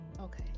Okay